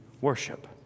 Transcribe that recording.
worship